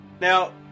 Now